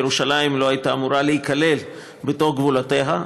ירושלים לא הייתה אמורה להיכלל בתוך גבולותיה,